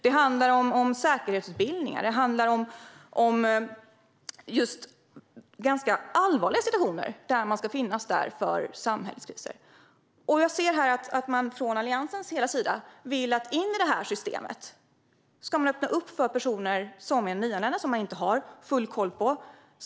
Det handlar om säkerhetsutbildningar och om ganska allvarliga situationer och samhällskriser när man ska finnas där. Jag ser att man från Alliansens sida vill öppna det här systemet för personer som är nyanlända och som man inte har full koll på.